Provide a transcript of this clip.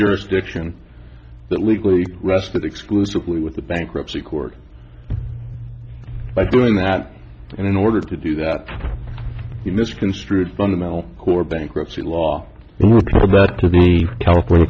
jurisdiction that legally rested exclusively with the bankruptcy court by doing that and in order to do that he misconstrued fundamental core bankruptcy law but we're back to the california